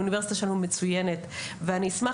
בעיה לקבל פרס וולף כך שאני חושב שהאוניברסיטה שלנו מצוינת ואשמח